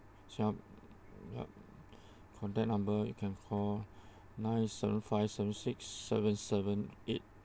yup yup contact number you can call nine seven five seven six seven seven eight